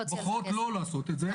בוחרות לא לעשות את זה,